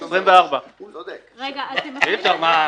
24. רגע, אתם יכולים להקריא?